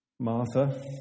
Martha